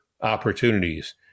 opportunities